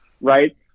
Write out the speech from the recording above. Right